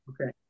okay